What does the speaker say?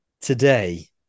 today